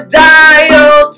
dial